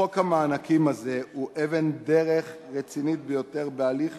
חוק המענקים הזה הוא אבן דרך רצינית ביותר בהליך